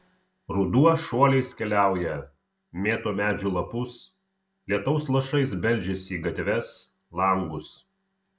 ruduo šuoliais keliauja mėto medžių lapus lietaus lašais beldžiasi į gatves langus